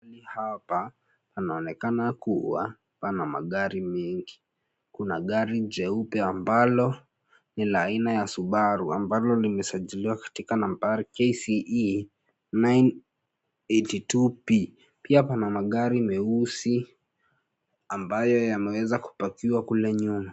Pahali hapa panaonekana kuwa pana magari mengi, kuna gari jeupe ambalo ni la aina ya Subaru ambalo limesajiliwa katika nambari KCE 982P. Pia pana magari meusi ambayo yameweza kupakiwa kule nyuma.